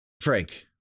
Frank